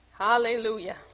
Hallelujah